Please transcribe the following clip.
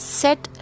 set